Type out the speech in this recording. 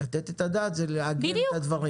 לתת את הדעת זה לעגן את הדברים.